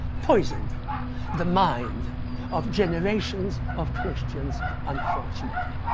poisoned the minds of generations of christians unfortunately.